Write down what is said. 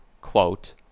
quote